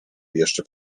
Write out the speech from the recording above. jeszcze